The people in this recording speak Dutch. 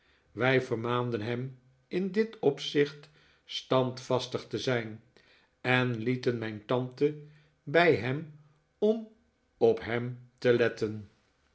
wij vermaanden hem in dit opzicht standvastig te zijn en lieten mijn tante bij hem om op hem te letten